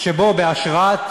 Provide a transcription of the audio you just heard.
שבו בהשראת